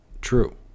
true